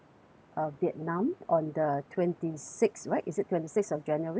uh vietnam on the twenty sixth right is it twenty sixth of january